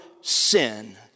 sin